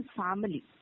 family